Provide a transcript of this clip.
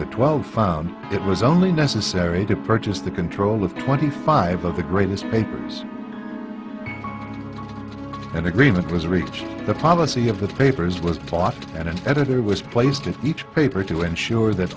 but twelve found it was only necessary to purchase the control of twenty five of the greatest papers an agreement was reached the policy of the papers was plotted and an editor was placed in each paper to ensure that